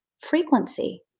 frequency